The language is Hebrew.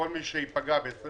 כל מי שייפגע ב-25%